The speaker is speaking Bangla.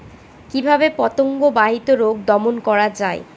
কিভাবে পতঙ্গ বাহিত রোগ দমন করা যায়?